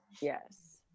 yes